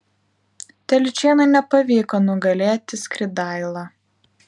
telyčėnui nepavyko nugalėti skridailą